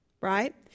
right